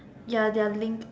ya they are link